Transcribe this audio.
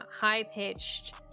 high-pitched